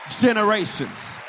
generations